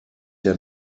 der